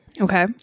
okay